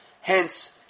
Hence